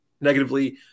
negatively